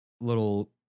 Little